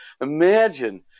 Imagine